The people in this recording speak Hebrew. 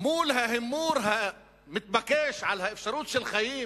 מול ההימור המתבקש על אפשרות של חיים